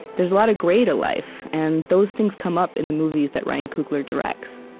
there's a lot of gray to life, and those things come up in the movies that ryan coogler directs